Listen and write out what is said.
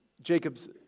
Jacob's